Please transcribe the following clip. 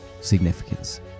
significance